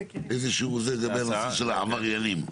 בנושא של העבריינים,